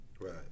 Right